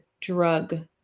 drug